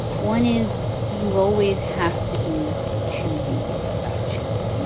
one is you always have to be choosy about choosing,